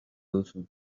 duzu